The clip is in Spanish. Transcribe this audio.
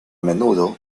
menudo